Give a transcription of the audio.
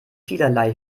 vielerlei